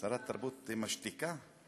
שרת תרבות, היא משתיקה?